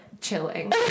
chilling